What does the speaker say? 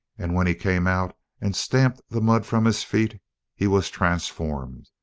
and when he came out and stamped the mud from his feet he was transformed.